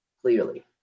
clearly